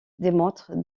démontre